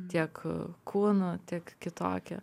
tiek kūno tiek kitokią